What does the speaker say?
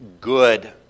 good